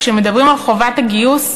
כשמדברים על חובת הגיוס,